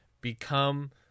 become